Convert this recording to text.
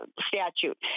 statute